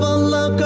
Allah